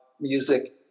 music